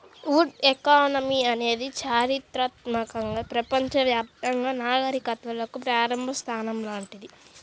would economy అనేది చారిత్రాత్మకంగా ప్రపంచవ్యాప్తంగా నాగరికతలకు ప్రారంభ స్థానం లాంటిది